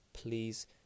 please